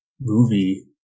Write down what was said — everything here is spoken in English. movie